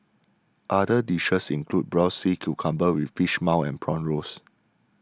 other dishes include Braised Sea Cucumber with Fish Maw and Prawn Rolls